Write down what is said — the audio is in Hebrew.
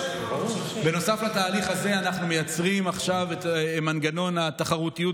בנוסף לתהליך הזה אנחנו מייצרים עכשיו את מנגנון התחרותיות,